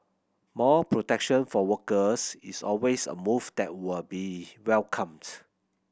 more protection for workers is always a move that will be welcomed